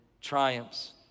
triumphs